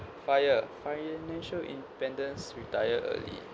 FIRE financial independence retire early